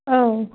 औ